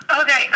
Okay